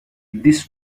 this